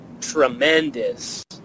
tremendous